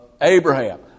Abraham